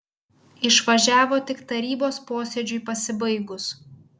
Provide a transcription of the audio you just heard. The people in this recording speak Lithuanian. išvažiavo tik tarybos posėdžiui pasibaigus